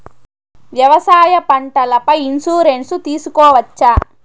వ్యవసాయ పంటల పై ఇన్సూరెన్సు తీసుకోవచ్చా?